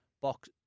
box